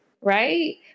right